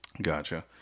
Gotcha